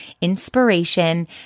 inspiration